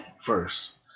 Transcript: first